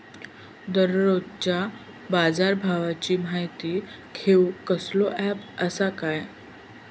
दररोजच्या बाजारभावाची माहिती घेऊक कसलो अँप आसा काय?